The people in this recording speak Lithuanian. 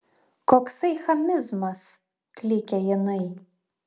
koksai chamizmas klykia jinai